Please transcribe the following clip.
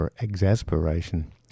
exasperation